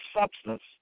substance